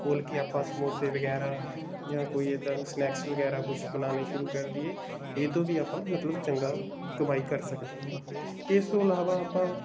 ਖੋਲ੍ਹ ਕੇ ਆਪਾਂ ਸਮੋਸੇ ਵਗੈਰਾ ਜਾਂ ਕੋਈ ਇੱਦਾਂ ਸਨੈਕਸ ਵਗੈਰਾ ਕੁਝ ਬਣਾਉਣੇ ਸ਼ੁਰੂ ਕਰ ਦਈਏ ਇਸ ਤੋਂ ਵੀ ਆਪਾਂ ਮਤਲਬ ਚੰਗਾ ਕਮਾਈ ਕਰ ਸਕਦੇ ਹਾਂ ਇਸ ਤੋਂ ਇਲਾਵਾ ਆਪਾਂ